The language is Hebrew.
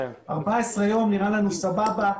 14 ימים נראה לנו סבבה.